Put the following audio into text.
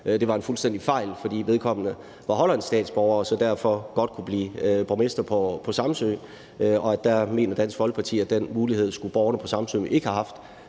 man har valgt ovre på Samsø, fordi vedkommende var hollandsk statsborger og derfor godt kunne blive borgmester på Samsø. Der mener Dansk Folkeparti, at den mulighed skulle borgerne på Samsø ikke have haft,